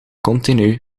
continu